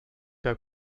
der